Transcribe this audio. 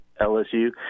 LSU